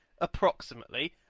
approximately